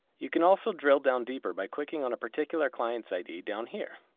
you can also drill down deeper by clicking on a particular client's id down here,